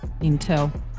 intel